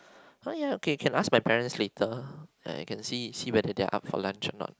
[huh] ya okay you can ask my parents later eh you can see see whether they are up for lunch or not